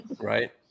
Right